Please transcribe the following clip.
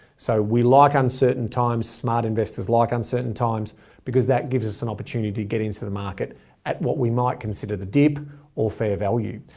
so we like uncertain times, smart investors like uncertain times because that gives us an opportunity to get into the market at what we might consider the dip or fair value.